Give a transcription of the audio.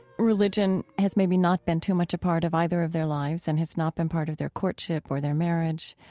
religion has maybe not been too much a part of either of their lives and has not been part of their courtship before their marriage.